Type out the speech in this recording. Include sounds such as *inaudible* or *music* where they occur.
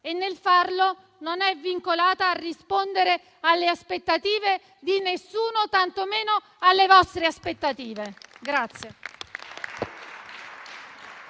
e, nel farlo, non è vincolata a rispondere alle aspettative di nessuno, tantomeno alle vostre. *applause*